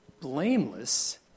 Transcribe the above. blameless